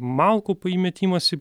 malkų įmetimas į